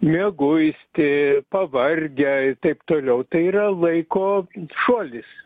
mieguisti pavargę taip toliau tai yra laiko šuolis